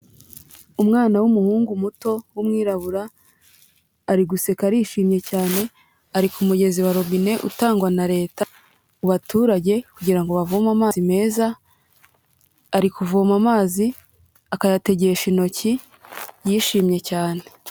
Umwana w'umuhungu muto, w'umwirabura ari guseka arishimye cyane, ari ku mugezi wa robine utangwa na leta mu baturage kugira ngo bavome amazi meza, ari kuvoma amazi, akayategesha intoki, yishimye cyane.